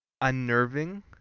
unnerving